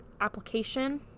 application